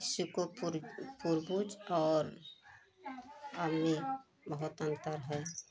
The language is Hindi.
किसी को पुर पुरबूज और अब में बहुत अंतर है